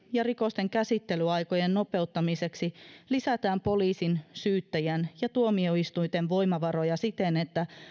ja rikosten käsittelyaikojen nopeuttamiseksi lisätään poliisin syyttäjän ja tuomioistuinten voimavaroja siten että